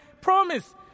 promise